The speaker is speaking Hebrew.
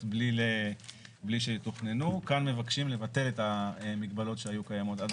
בלי שיתוכננו כאן מבקשים לבטל את המגבלות שקיימות עד